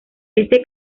este